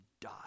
die